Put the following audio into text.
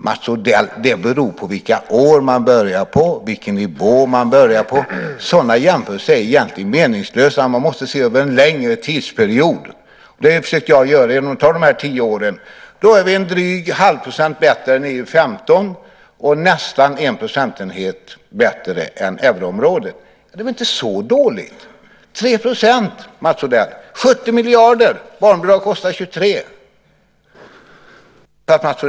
Mats Odell, det beror på vilket år man börjar att räkna ifrån och vilken nivå man utgår ifrån. Sådana jämförelser är egentligen meningslösa. Man måste se det över en längre tidsperiod, och det försökte jag göra genom att räkna på dessa tio år. Då är vi en dryg halvprocent bättre än EU 15 och nästan en procentenhet bättre än euroområdet. Det är väl inte så dåligt - 3 %, 70 miljarder varav barnbidraget kostar 23 miljarder, Mats Odell!